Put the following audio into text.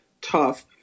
tough